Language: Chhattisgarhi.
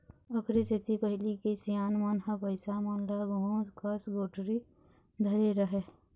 ओखरे सेती पहिली के सियान मन ह पइसा मन ल गुहूँ कस गठरी धरे रहय